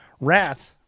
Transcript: rat